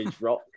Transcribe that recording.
rock